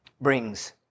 brings